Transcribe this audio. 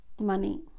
money